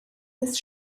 des